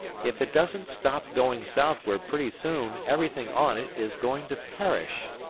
if it doesn't stop going southward pretty soon everything on it is going to perish.